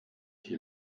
die